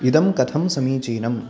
इदं कथं समीचीनम्